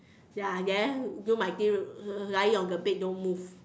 ya then do my thing lying on the bed don't move